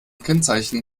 kennzeichen